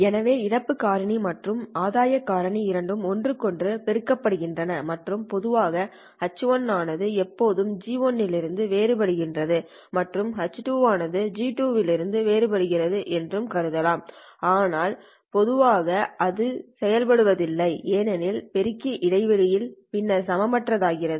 எனவே இழப்பு காரணி மற்றும் ஆதாய காரணி இரண்டும் ஒன்றுக்குஒன்று பெருக்கப்படுகின்றன மற்றும் பொதுவாக H1 ஆனது எப்போதும் G1 லிருந்து வேறுபடுகிறது மற்றும் H2 ஆனது G2 லிருந்து வேறுபடுகிறது என்று கருதலாம் ஆனால் பொதுவாக அது செய்யப்படுவதில்லை ஏனெனில் பெருக்கி இடைவெளி பின்னர் சமமற்றது ஆகிறது